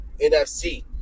NFC